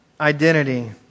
identity